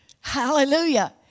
Hallelujah